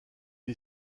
est